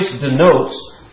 denotes